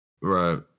right